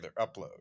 upload